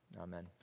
amen